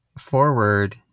forward